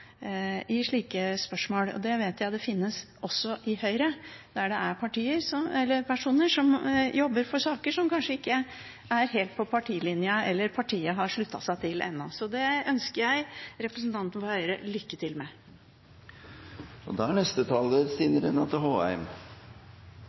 spørsmål. Slik vet jeg det er også i Høyre, der det er personer som jobber for saker som kanskje ikke er helt på partilinja, eller som partiet ikke har sluttet seg til helt ennå. Det ønsker jeg representanten fra Høyre lykke til med. Jeg har bare en snarvisitt til representanten Kapurs innlegg. Jeg registrerer at Høyre synes det er